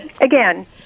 again